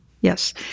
Yes